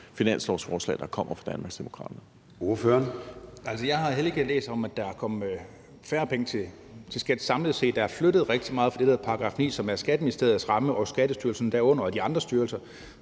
finanslovsforslag, der kommer fra